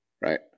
right